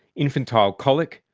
infantile colic,